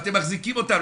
אתם מחזיקים אותם.